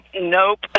Nope